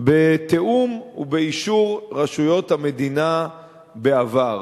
בתיאום ובאישור של רשויות המדינה בעבר,